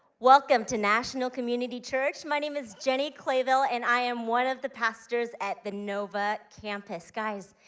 welcome to national community church. my name is jenny clayville, and i am one of the pastors at the nova campus. guys,